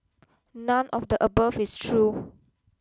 none of the above is true